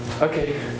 Okay